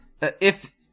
If-